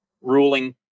ruling